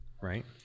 Right